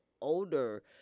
Older